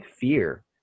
fear